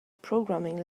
programming